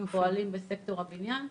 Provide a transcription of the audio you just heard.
פועלים בסקטור הבניין.